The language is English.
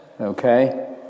okay